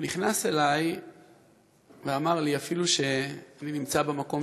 הוא נכנס אלי ואמר לי: אפילו שאני נמצא במקום